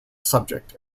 subject